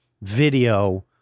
video